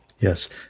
Yes